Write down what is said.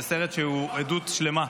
זה סרט שהוא עדות שלמה,